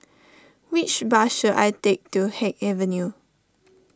which bus should I take to Haig Avenue